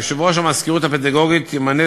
יושב-ראש המזכירות הפדגוגית ימנה,